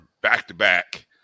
back-to-back